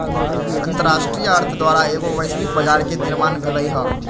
अंतरराष्ट्रीय अर्थ द्वारा एगो वैश्विक बजार के निर्माण भेलइ ह